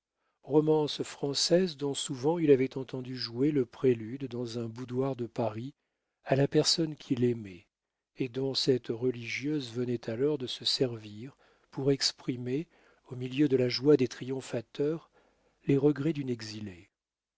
romance française dont souvent il avait entendu jouer le prélude dans un boudoir de paris à la personne qu'il aimait et dont cette religieuse venait alors de se servir pour exprimer au milieu de la joie des triomphateurs les regrets d'une exilée